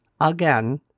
again